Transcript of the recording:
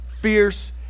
fierce